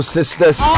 Sisters